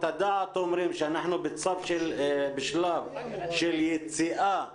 הדעת אומרות שאנחנו בשלב של יציאה מהמצב,